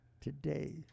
today